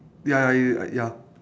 ya ya red right ya